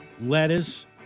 lettuce